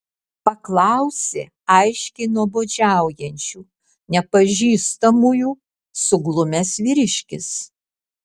paklausė aiškiai nuobodžiaujančių nepažįstamųjų suglumęs vyriškis